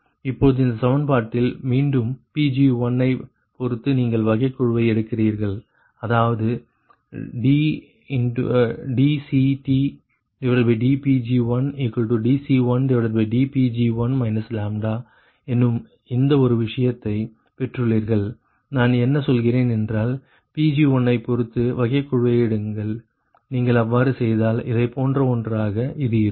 இப்பொழுது இந்த சமன்பாட்டில் மீண்டும் Pg1 ஐ பொறுத்து நீங்கள் வகைக்கெழுவை எடுக்கிறீர்கள் அதாவது dCTdPg1dC1dPg1 என்னும் இந்த ஒரு விஷயத்தை பெற்றுள்ளீர்கள் நான் என்ன சொல்கிறேன் என்றால் Pg1 ஐ பொறுத்து வகைக்கெழுவை எடுங்கள் நீங்கள் அவ்வாறு செய்தால் இதைப்போன்ற ஒன்றாக இது இருக்கும்